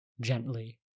gently